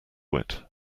wit